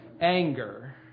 anger